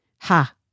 Ha